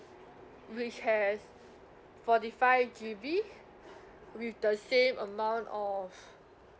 which has forty five G_B with the same amount of